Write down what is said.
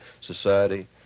society